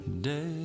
day